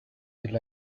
del